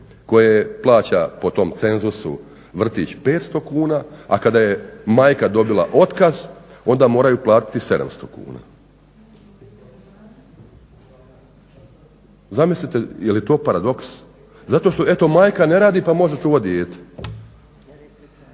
koje plaća po tom cenzusu vrtić 500 kuna, a kada je majka dobila otkaz onda moraju platiti 700 kuna. Zamislite je li to paradoks, zato što eto majka ne radi pa može čuvat